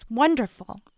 Wonderful